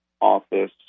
office